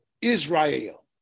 Israel